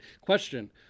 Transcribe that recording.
Question